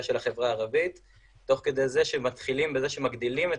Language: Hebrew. של החברה הערבית תוך כדי זה שמתחילים בזה שמגדילים את